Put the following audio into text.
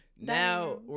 Now